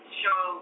show